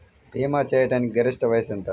భీమా చేయాటానికి గరిష్ట వయస్సు ఎంత?